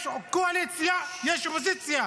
יש קואליציה, יש אופוזיציה,